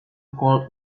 cold